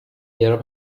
era